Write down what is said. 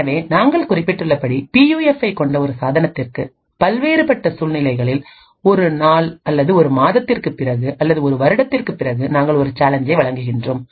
எனவே நாங்கள் குறிப்பிட்டுள்ளபடி பியூஎஃப்பைக் கொண்ட ஒரு சாதனத்திற்கு பல் வேறுபட்ட சூழ்நிலைகளில்ஒரு நாள் அல்லது ஒரு மாதத்திற்குப் பிறகு அல்லது ஒரு வருடத்திற்குப் பிறகுநாங்கள் ஒரு சேலஞ்சை வழங்குகின்றோம்